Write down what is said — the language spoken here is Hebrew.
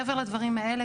מעבר לדברים האלה,